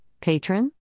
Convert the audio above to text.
Patron